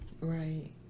right